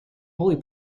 holy